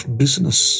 business